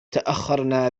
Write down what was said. تأخرنا